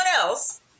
else